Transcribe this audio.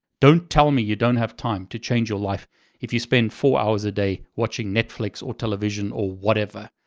don't tell me you don't have time to change your life if you spend four hours a day watching netflix, or television, or whatever,